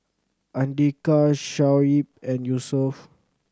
Andika Shoaib and Yusuf